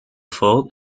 fort